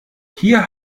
hier